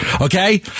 Okay